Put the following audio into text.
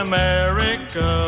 America